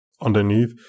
underneath